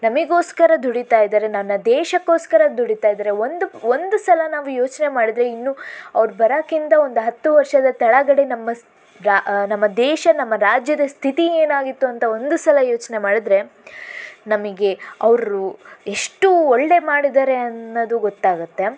ನಮಗೋಸ್ಕರ ದುಡೀತಾ ಇದ್ದಾರೆ ನನ್ನ ದೇಶಕೋಸ್ಕರ ದುಡೀತಾ ಇದ್ದಾರೆ ಒಂದು ಒಂದು ಸಲ ನಾವು ಯೋಚನೆ ಮಾಡಿದರೆ ಇನ್ನು ಅವರು ಬರೋಕ್ಕಿಂತ ಒಂದು ಹತ್ತು ವರ್ಷದ ಕೆಳಗಡೆ ನಮ್ಮ ನಮ್ಮ ದೇಶ ನಮ್ಮ ರಾಜ್ಯದ ಸ್ಥಿತಿ ಏನಾಗಿತ್ತು ಅಂತ ಒಂದು ಸಲ ಯೋಚನೆ ಮಾಡಿದರೆ ನಮಗೆ ಅವರು ಎಷ್ಟು ಒಳ್ಳೇದು ಮಾಡಿದ್ದಾರೆ ಅನ್ನೋದು ಗೊತ್ತಾಗತ್ತೆ